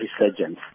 resurgence